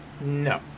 no